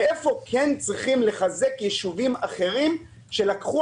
ואיפה כן צריך לחזק ישובים אחרים שלקחו